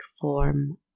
form